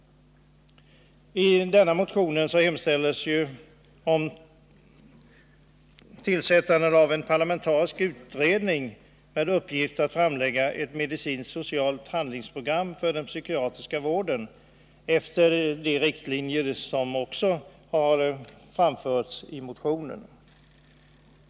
I motionen hemställs om tillsättandet av en parlamentarisk utredning med uppgift att framlägga ett medicinskt-socialt handlingsprogram för den psykiatriska vården efter de riktlinjer som har framförts i motionen.